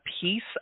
piece